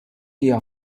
hija